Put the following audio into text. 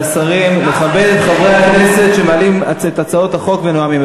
לכבד את חברי הכנסת שמעלים את הצעות החוק ונואמים.